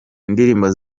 indirimbo